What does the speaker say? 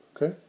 Okay